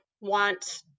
want